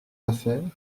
affaires